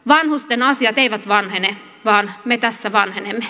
vanhusten asiat eivät vanhene vaan me tässä vanhenemme